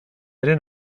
ere